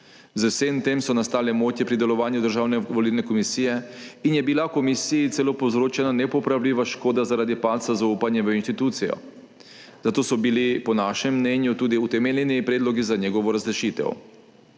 Z vsem tem so nastale motnje pri delovanju Državne volilne komisije in je bila komisiji celo povzročena nepopravljiva škoda zaradi padca zaupanja v institucijo. Zato so bili po našem mnenju tudi utemeljeni predlogi za njegovo razrešitev.